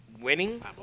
winning